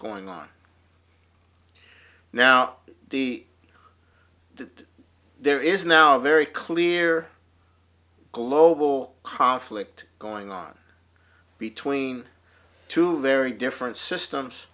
going on now that there is now a very clear global conflict going on between two very different systems